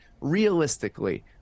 realistically